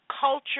culture